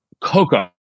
cocoa